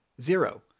Zero